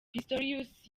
pistorius